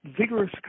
vigorous